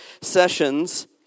sessions